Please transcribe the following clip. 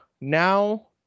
now